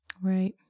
Right